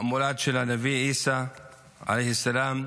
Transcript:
המולד של הנביא עיסא עליו השלום,